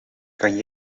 kan